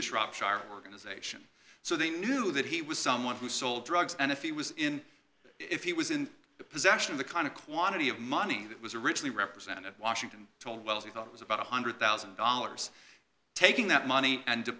shropshire organization so they knew that he was someone who sold drugs and if he was in if he was in possession of the kind of quantity of money that was originally represented washington told wells he thought it was about one hundred thousand dollars taking that money and